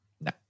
No